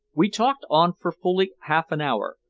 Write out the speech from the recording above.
we talked on for fully half an hour,